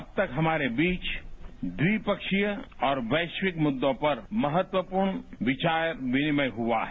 अब तक हमारे बीच द्विपक्षीय और वैश्विक मुद्दों पर महत्वपूर्ण विचार विनिमय हुआ है